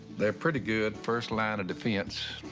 they're pretty good first line of defense.